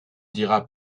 dira